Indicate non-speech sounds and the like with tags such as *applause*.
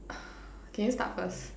*breath* can you start first